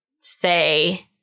Say